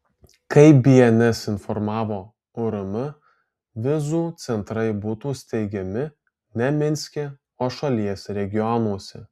kaip bns informavo urm vizų centrai būtų steigiami ne minske o šalies regionuose